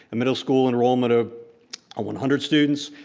middle school enrollment of one hundred students,